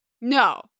No